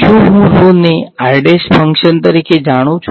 શું હું ને ફંકશન તરીકે જાણું છું